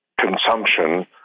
consumption